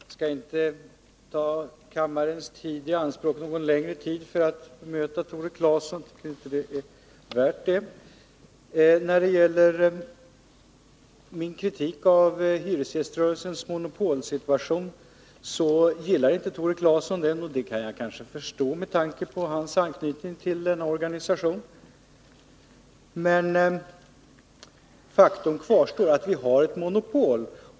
Herr talman! Jag skall inte ta kammarens tid i anspråk någon längre tid för att bemöta Tore Claeson. Jag tror inte att det är värt det. Tore Claeson gillade inte min kritik av hyresgäströrelsens monopolsituation, och det kan jag kanske förstå med tanke på Tore Claesons anknytning till denna organisation. Men faktum kvarstår att man har ett monopol.